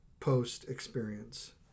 post-experience